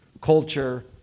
culture